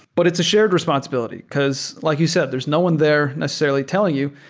but it's a shared responsibility, because like you said, there's no one there necessarily telling you.